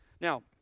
Now